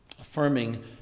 affirming